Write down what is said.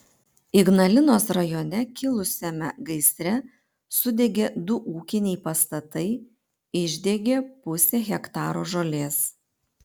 ignalinos rajone kilusiame gaisre sudegė du ūkiniai pastatai išdegė pusė hektaro žolės